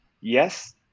yes